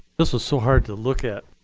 this was so hard to look at.